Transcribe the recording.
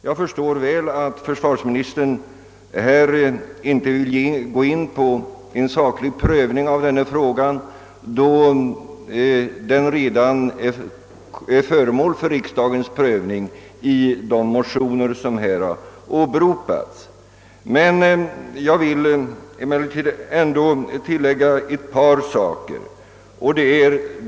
Jag förstår mycket väl att försvarsministern inte vill gå in på en saklig prövning av frågan, då den alltså redan är föremål för riksdagens prövning. Jag vill tillägga ett par saker.